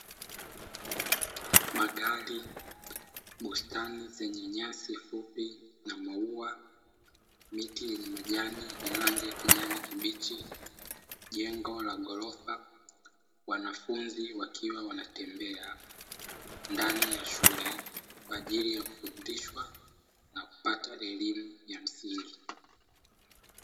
Magari, bustani zenye nyasi fupi na maua, miti yenye majani ya rangi ya kijani kibichi, jengo la gorofa, wanafunzi wakiwa wanatembea ndani ya shule, kwa ajili ya kifundishwa na kupata elimu ya msingi.